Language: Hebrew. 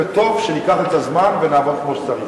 וטוב שניקח את הזמן ונעבוד כמו שצריך.